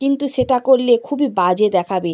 কিন্তু সেটা করলে খুবই বাজে দেখাবে